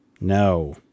No